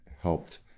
helped